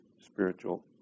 spiritual